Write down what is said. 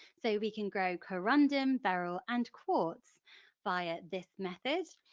so we can grow corundum, beryl and quartz via this method.